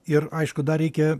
ir aišku dar reikia